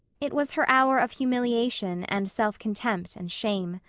it was her hour of humiliation and self-contempt and shame.